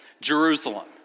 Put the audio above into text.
Jerusalem